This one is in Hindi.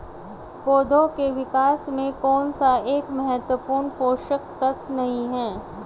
पौधों के विकास में कौन सा एक महत्वपूर्ण पोषक तत्व नहीं है?